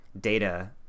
data